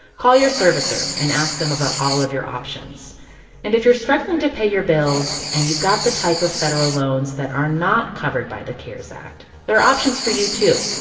call your servicer and ask them about all of your options and if you're struggling to pay your bills and you've got the type of federal loans that are not covered by the cares act, there are options for you, too,